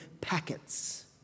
packets